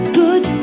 good